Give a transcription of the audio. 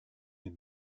est